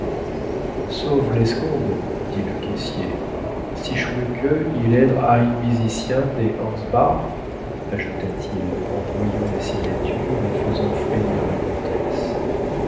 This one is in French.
l'escomde dit le caissier sti schmuke il èdre ein misicien te ansbach ajouta-t-il en voyant la signature et faisant frémir la comtesse